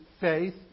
faith